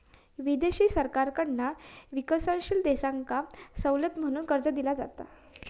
विदेशी सरकारकडना विकसनशील देशांका सवलत म्हणून कर्ज दिला जाता